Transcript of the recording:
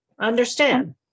Understand